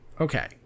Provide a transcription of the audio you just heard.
okay